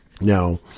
now